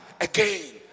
again